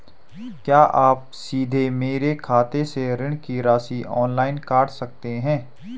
क्या आप सीधे मेरे खाते से ऋण की राशि ऑनलाइन काट सकते हैं?